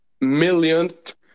millionth